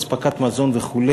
אספקת מזון וכו',